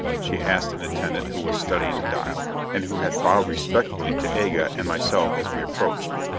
she asked an attendant who was studying the dial, and who had bowed respectfully to aga and myself as we approached.